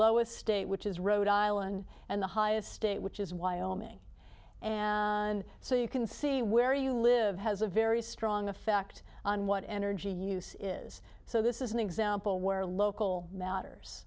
lowest state which is rhode island and the highest state which is wyoming and so you can see where you live has a very strong effect on what energy use is so this is an example where local matters